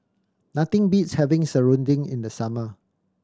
nothing beats having serunding in the summer